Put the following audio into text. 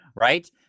Right